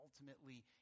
ultimately